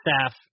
staff